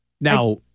Now